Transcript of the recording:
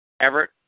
Everett